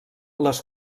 les